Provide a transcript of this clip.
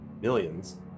millions